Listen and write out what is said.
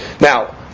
Now